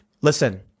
Listen